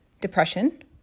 depression